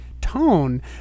tone